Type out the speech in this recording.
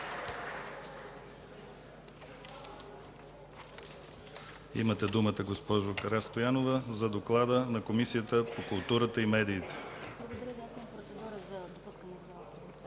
Имате думата, госпожо Карастоянова, за доклада на Комисията по културата и медиите.